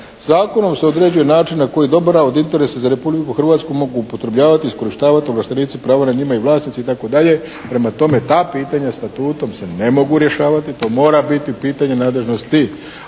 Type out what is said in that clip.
zakonom se određuje način na koji …/Govornik se ne razumije./… od interesa za Republiku Hrvatsku mogu upotrebljavati, iskorištavati ovlaštenici prava nad njima i vlasnici itd. Prema tome, ta pitanja statutom se ne mogu rješavati, to mora biti pitanje nadležnosti